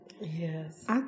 Yes